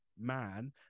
man